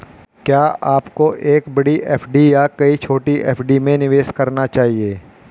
क्या आपको एक बड़ी एफ.डी या कई छोटी एफ.डी में निवेश करना चाहिए?